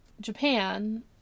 Japan